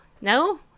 no